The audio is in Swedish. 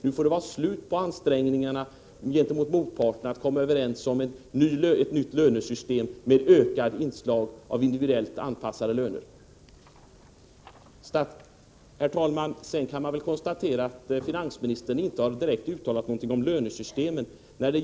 Nu får det vara slut på ansträngningarna att med motparterna komma överens om ett nytt lönesystem med ökade inslag av individuellt anpassade löner. Herr talman! Sedan kan man väl konstatera att finansministern inte direkt har uttalat någonting om lönesystemen.